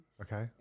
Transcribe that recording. Okay